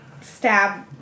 stab